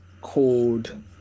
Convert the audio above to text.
called